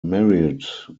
married